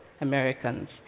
Americans